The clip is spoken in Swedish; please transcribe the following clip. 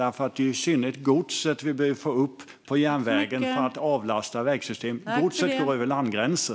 Det är ju i synnerhet godset som vi behöver få upp på järnvägen för att avlasta vägsystemet. Godset går över landgränser.